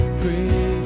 free